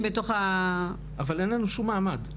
בתוך --- אבל אין לנו שום מעמד.